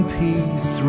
peace